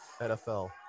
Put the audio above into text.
NFL